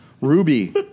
Ruby